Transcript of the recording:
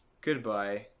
goodbye